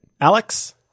Alex